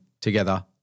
together